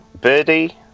Birdie